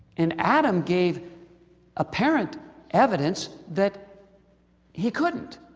and adam gave apparent evidence that he couldn't.